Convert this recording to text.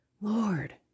Lord